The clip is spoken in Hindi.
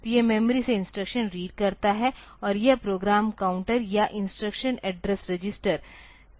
तो यह मेमोरी से इंस्ट्रक्शन रीड करता है और यह प्रोग्राम काउंटर या इंस्ट्रक्शन एड्रेस रजिस्टर को इन्क्रीमेंट करता है